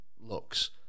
looks